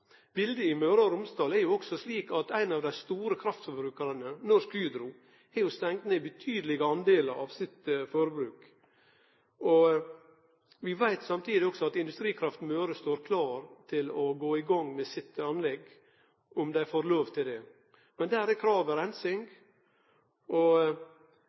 Biletet i Møre og Romsdal er også slik at ein av dei store kraftforbrukarane, Norsk Hydro, har stengt ned betydelege delar av sitt forbruk. Vi veit samtidig at Industrikraft Møre står klar til å gå i gang med anlegget sitt, om dei får lov til det. Men der er kravet